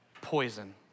poison